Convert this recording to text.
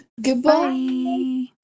Goodbye